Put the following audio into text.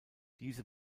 diese